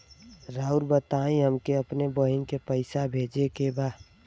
राउर बताई हमके अपने बहिन के पैसा भेजे के बा?